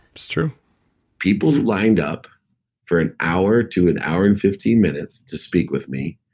it's true people lined up for an hour to an hour and fifteen minutes to speak with me,